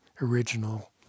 original